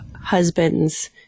husbands